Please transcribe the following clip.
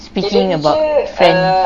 speaking about friend